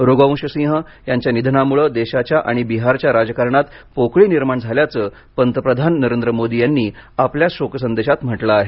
रघुवंश सिंह यांच्या निधनामुळे देशाच्या आणि बिहारच्या राजकारणात पोकळी निर्माण झाल्याचं पंतप्रधान नरेंद्र मोदी यांनी आपल्या शोकसंदेशात म्हटलं आहे